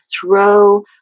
throw